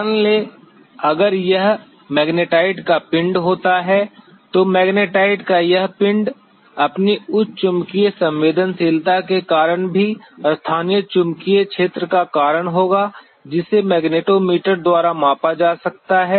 मान लें अगर यह मैग्नेटाइट का पिंड होता है तो मैग्नेटाइट का यह पिंड अपनी उच्च चुंबकीय संवेदनशीलता के कारण भी स्थानीय चुंबकीय क्षेत्र का कारण होगा जिसे मैग्नेटोमीटर द्वारा मापा जा सकता है